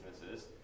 businesses